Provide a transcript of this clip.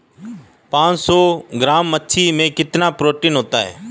पांच सौ ग्राम मछली में कितना प्रोटीन होता है?